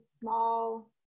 small